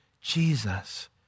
Jesus